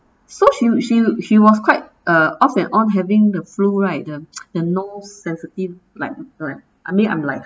so she would she would she was quite uh off and on having the flu right the nose sensitive like her I mean I'm like